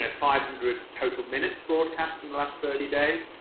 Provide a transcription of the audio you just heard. and five hundred total minutes' broadcast in the last thirty days.